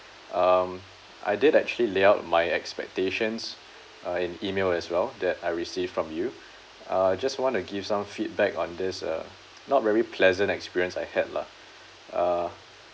um I did actually laid out my expectations uh in email as well that I received from you uh just want to give some feedback on this uh not very pleasant experience I had lah uh